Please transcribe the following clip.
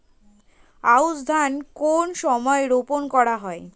আউশ ধান কোন সময়ে রোপন করা হয়?